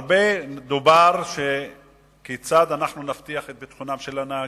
הרבה דובר בשאלה כיצד להבטיח את ביטחונם של הנהגים.